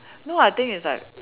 no I think it's like